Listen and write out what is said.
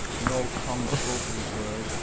no tongue spoke these words,